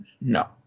No